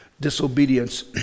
Disobedience